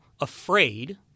afraid